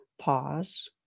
pause